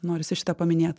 norisi šitą paminėt